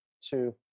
two